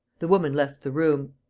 the woman left the room.